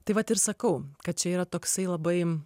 tai vat ir sakau kad čia yra toksai labai em